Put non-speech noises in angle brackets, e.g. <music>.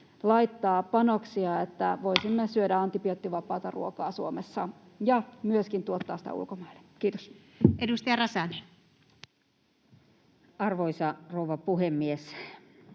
laittaa panoksia, että voisimme <noise> syödä antibioottivapaata ruokaa Suomessa ja myöskin tuottaa sitä ulkomaille. — Kiitos. Edustaja Räsänen. Arvoisa rouva puhemies!